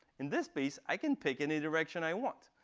in this base, i can pick any direction i want.